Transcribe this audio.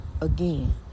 again